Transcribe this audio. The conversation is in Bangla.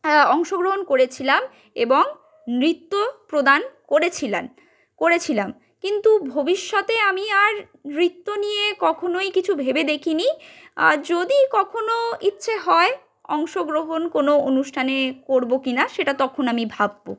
অংশগ্রহণ করেছিলাম এবং নৃত্য প্রদান করেছিলাম করেছিলাম কিন্তু ভবিষ্যতে আমি আর নৃত্য নিয়ে কখনোই কিছু ভেবে দেখিনি আর যদি কখনো ইচ্ছে হয় অংশগ্রহণ কোনো অনুষ্ঠানে করবো কিনা সেটা তখন আমি ভাববো